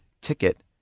ticket